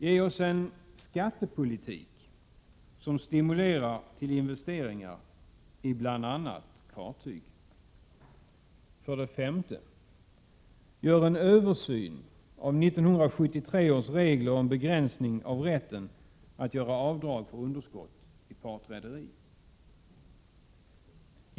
Ge oss en skattepolitik som stimulerar till investeringar i bl.a. fartyg! 5. Gör en översyn av 1973 års regler om begränsning av rätten att göra avdrag för underskott i partrederi!